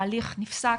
ההליך נפסק